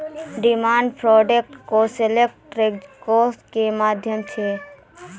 demand draft cashless transaction के माध्यम छै